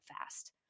fast